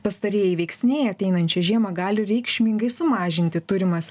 pastarieji veiksniai ateinančią žiemą gali reikšmingai sumažinti turimas